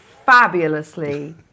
Fabulously